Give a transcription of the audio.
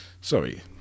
sorry